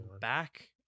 back